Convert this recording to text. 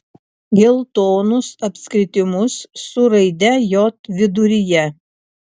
geltonus apskritimus su raide j viduryje